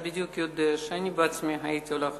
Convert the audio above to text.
ואתה בדיוק יודע שאני בעצמי הייתי עולה חדשה,